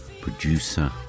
producer